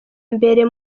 mbere